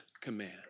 command